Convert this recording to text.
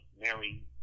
Mary